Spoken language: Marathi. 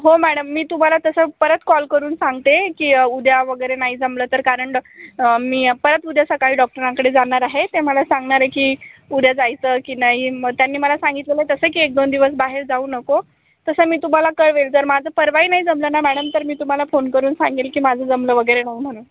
हो मॅडम मी तुम्हाला तसं परत कॉल करून सांगते की उद्या वगैरे नाही जमलं तर कारण ड मी परत उद्या सकाळी डॉक्टरांकडे जाणार आहे ते मला सांगणार आहे की उद्या जायचं की नाही मग त्यांनी मला सांगितलेलं आहे तसं की एक दोन दिवस बाहेर जाऊ नको तसं मी तुम्हाला कळवेल जर माझं परवाही नाही जमलं ना मॅडम तर मी तुम्हाला फोन करून सांगेल की माझं जमलं वगैरे हो म्हणून